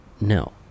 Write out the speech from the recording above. no